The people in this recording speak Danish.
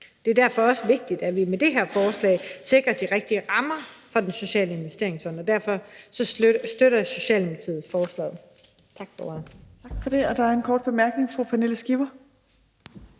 Det er derfor også vigtigt, når vi med det her forslag sikrer de rigtige rammer for Den Sociale Investeringsfond, og derfor støtter Socialdemokratiet forslaget.